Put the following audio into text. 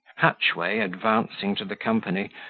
hatchway, advancing to the company,